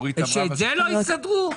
שאת זה לא יסדרו?